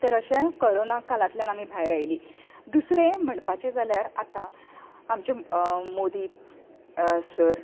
तर अशें कोरोना काळांतल्यान आमी भायर आयलीं दुसरें म्हणपाचें जाल्यार आतां आमचे मोदी सर